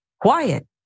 Quiet